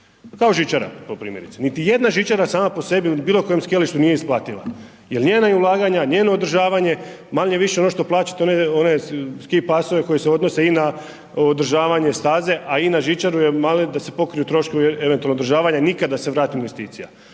kao žičara po primjerice, niti jedna žičara sama po sebi, niti u bilo kojem skijalištu nije isplativa, jel njena ulaganja, njeno održavanje, manje-više ono što plaćate one ski pasove koji se odnose i na održavanje staze, a i na žičaru je mali da se pokriju troškovi eventualno održavanja, nikad da se vrati investicija,